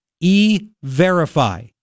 E-verify